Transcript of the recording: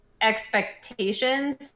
expectations